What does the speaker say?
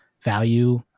value